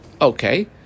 okay